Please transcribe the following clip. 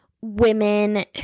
women